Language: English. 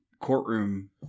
courtroom